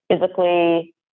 physically